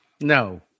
No